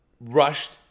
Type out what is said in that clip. rushed